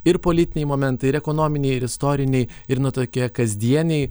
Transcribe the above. ir politiniai momentai ir ekonominiai ir istoriniai ir nu tokie kasdieniai